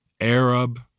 Arab